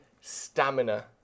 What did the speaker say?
Stamina